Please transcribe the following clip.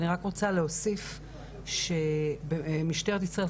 אני רק רוצה להוסיף שבמשטרת ישראל,